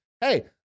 Hey